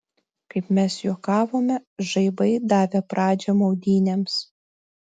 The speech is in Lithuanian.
kaip mes juokavome žaibai davė pradžią maudynėms